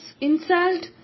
insult